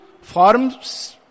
forms